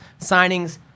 signings